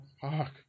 Fuck